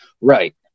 right